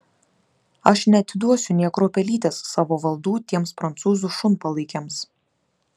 aš neatiduosiu nė kruopelytės savo valdų tiems prancūzų šunpalaikiams